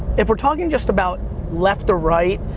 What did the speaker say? if we're talking just about left or right,